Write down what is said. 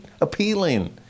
appealing